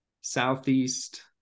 southeast